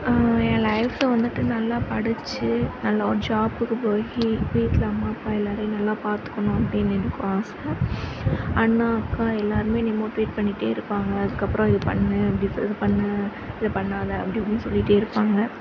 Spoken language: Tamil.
என் லைஃப்பில் வந்துவிட்டு நல்லா படித்து நல்ல ஒரு ஜாபுக்கு போய் வீட்டில் அம்மா அப்பா எல்லோரையும் நல்லா பார்த்துக்கணும் அப்படின்னு எனக்கும் ஆசை அண்ணா அக்கா எல்லோருமே என்னை மோட்டிவேட் பண்ணிக்கிட்டே இருப்பாங்க அதுக்கப்றம் இது பண்ணு அப்படி இதை பண்ணு இதை பண்ணாத அப்படி இப்படினு சொல்லிகிட்டே இருப்பாங்க